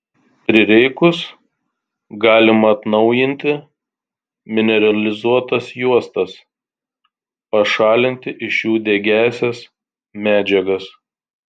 prireikus galima atnaujinti mineralizuotas juostas pašalinti iš jų degiąsias medžiagas